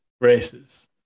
races